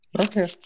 Okay